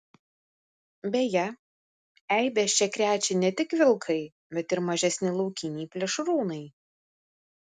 beje eibes čia krečia ne tik vilkai bet ir mažesni laukiniai plėšrūnai